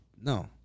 No